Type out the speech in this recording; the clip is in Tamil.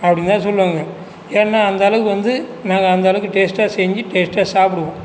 அப்படின்னு தான் சொல்லுவாங்கள் ஏன்னால் அந்த அளவுக்கு வந்து நாங்கள் அந்த அளவுக்கு டேஸ்டாக செஞ்சு டேஸ்டாக சாப்பிடுவோம்